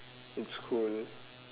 it's cool